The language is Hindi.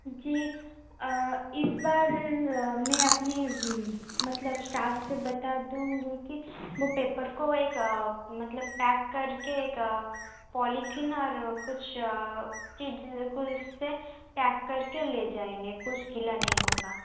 जी इस इस बार मैं अपने मतलब स्टाफ से बता दूँगी कि वो पेपर को एक मतलब पैक कर के एक पॉलीथिन और कुछ चीज़ उस से पैक कर के ले जाएंगे कुछ गीला नहीं होगा